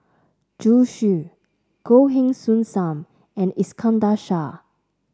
Zhu Xu Goh Heng Soon Sam and Iskandar Shah